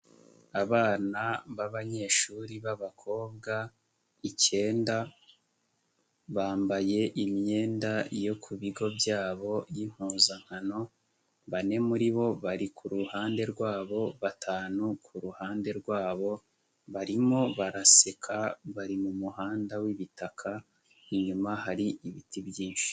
Abana b'abanyeshuri b'abakobwa icyenda bambaye imyenda yo ku bigo byabo y'impuzankano bane muri bo bari kuruhande rwabo batanu kuruhande rwabo barimo baraseka bari mu muhanda w'ibitaka inyuma hari ibiti byinshi.